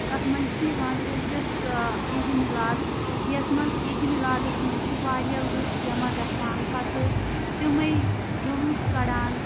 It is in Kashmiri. تَتھ منٛز چھِ یِوان ریٚلِجَس عیٖدِ مِلاد یَتھ منٛز عیٖدِ مِلادَس منٛز چھِ واریاہ لٕکھ جمع گَژھان پَتہٕ تِمَے جُلوٗس کَڑان